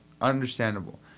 Understandable